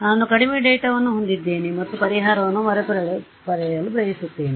ನಾನು ಕಡಿಮೆ ಡೇಟಾವನ್ನು ಹೊಂದಿದ್ದೇನೆ ಮತ್ತು ಪರಿಹಾರವನ್ನು ಮರುಪಡೆಯಲು ಬಯಸುತ್ತೇನೆ